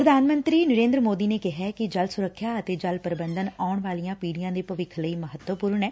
ਪ੍ਰਧਾਨ ਮੰਤਰੀ ਨਰੇਦਰ ਸੋਦੀ ਨੇ ਕਿਹੈ ਕਿ ਜਲ ਸੁਰੱਖਿਆ ਅਤੇ ਜਲ ਪ੍ਰਬੰਧਨ ਆਉਣ ਵਾਲੀਆਂ ਪੀੜੀਆਂ ਦੇ ਭਵਿੱਖ ਲਈ ਮਹੱਤਵਪੁਰਨ ਐ